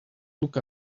look